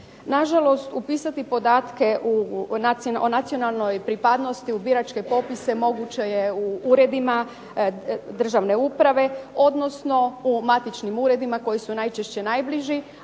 Nažalost, upisati podatke o nacionalnoj pripadnosti u biračke popise moguće je u uredima državne uprave odnosno u matičnim uredima koji su najčešće najbliži